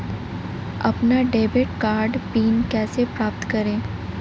अपना debit card pin कैसे प्राप्त करें?